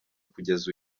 kugeza